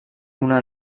una